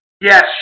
Yes